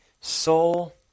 soul